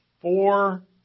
four